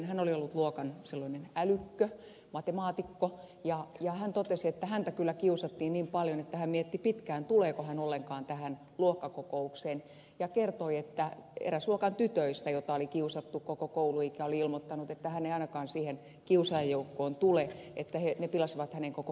hän oli ollut luokan silloinen älykkö matemaatikko ja hän totesi että häntä kyllä kiusattiin niin paljon että hän mietti pitkään tuleeko hän ollenkaan tähän luokkakokoukseen ja kertoi että eräs luokan tytöistä jota oli kiusattu koko kouluikä oli ilmoittanut että hän ei ainakaan siihen kiusaajajoukkoon tule että se pilasi hänen koko kouluikänsä